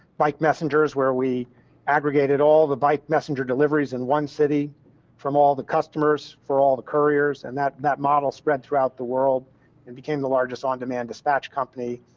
bike messengers, where we aggregated all the bike messenger deliveries in one city from all the customers, all the couriers, and that that model spread throughout the world and became the largest on demand dispatch company.